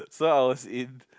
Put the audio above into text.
so I was in